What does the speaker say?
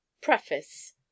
Preface